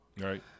right